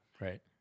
Right